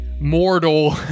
mortal